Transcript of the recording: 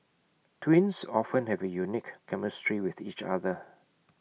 twins often have A unique chemistry with each other